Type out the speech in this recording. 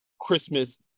christmas